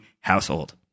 household